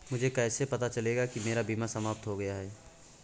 मुझे कैसे पता चलेगा कि मेरा बीमा समाप्त हो गया है?